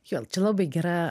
jo čia labai gera